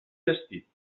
vestit